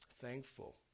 thankful